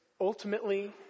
ultimately